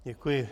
Děkuji.